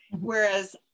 whereas